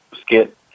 skit